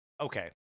Okay